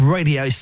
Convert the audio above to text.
Radio